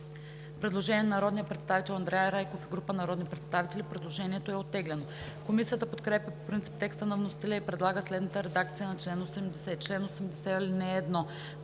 Предложение на народния представител Андриан Райков и група народни представител. Предложението е оттеглено. Комисията подкрепя по принцип текста на вносителя и предлага следната редакция на чл. 80: „Чл. 80. (1)